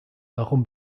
darum